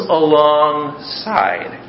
alongside